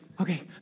okay